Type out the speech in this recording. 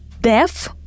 Deaf